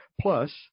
Plus